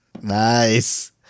Nice